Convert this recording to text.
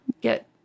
get